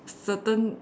certain